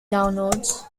downloads